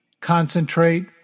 concentrate